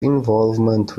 involvement